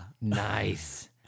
Nice